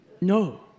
No